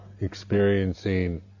experiencing